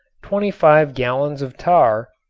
twenty five gallons of tar,